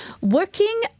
working